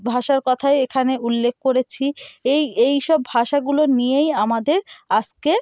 ভাষার কথাই এখানে উল্লেখ করেছি এই এই সব ভাষাগুলো নিয়েই আমাদের আজকে